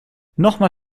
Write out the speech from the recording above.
nochmal